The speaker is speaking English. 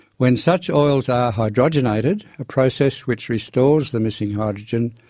when such oils are hydrogenated, a process which restores the missing hydrogen,